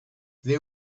they